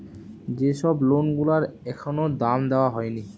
যে সব লোন গুলার এখনো দাম দেওয়া হয়নি